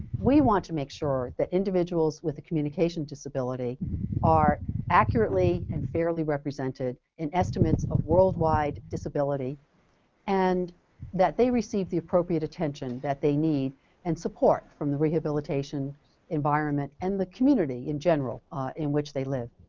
we want to make sure that individuals with the communication disability are accurately and fairly represented in estimates of worldwide disability and that they receive the appropriate attention that they need and support from the rehabilitation environment and the community in general ah in which they live.